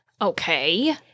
Okay